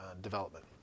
development